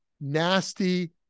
nasty